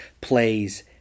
plays